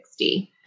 $60